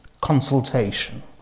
consultation